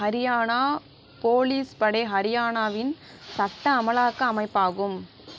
Haryana police படை ஹரியானாவின் சட்ட அமலாக்க அமைப்பாகும்